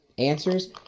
answers